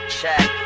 check